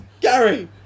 Gary